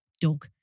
dog